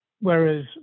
Whereas